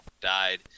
died